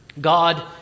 God